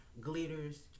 glitters